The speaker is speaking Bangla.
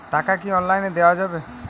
টাকা কি অনলাইনে দেওয়া যাবে?